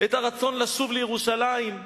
את הרצון לשוב לירושלים,